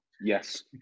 Yes